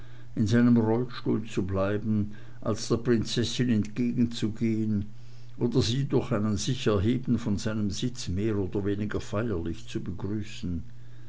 in seinem rollstuhl zu bleiben als der prinzessin entgegenzugehn oder sie durch ein sicherheben von seinem sitz mehr oder weniger feierlich zu begrüßen